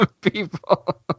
People